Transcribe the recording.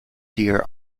deer